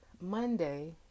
Monday